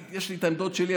יש לי את העמדות שלי,